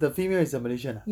the female is a malaysian ah